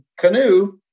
canoe